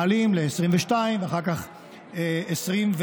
מעלים ל-22 ואחר כך 23,